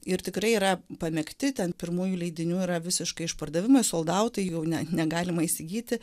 ir tikrai yra pamėgti ten pirmųjų leidinių yra visiškai išpardavimai soldautai jau ne negalima įsigyti